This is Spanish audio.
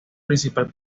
principal